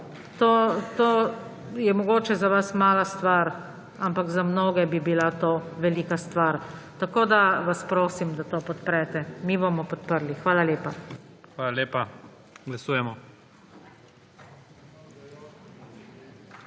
To je mogoče za vas mala stvar, ampak za mnoge bi bila to velika stvar. Tako da vas prosim, da to podprete. Mi bomo podprli. Hvala lepa. **PREDSEDNIK